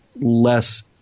less